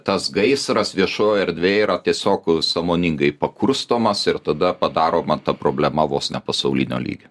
tas gaisras viešoj erdvėj yra tiesiog sąmoningai pakurstomas ir tada padaroma ta problema vos ne pasaulinio lygio